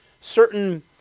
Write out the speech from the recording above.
certain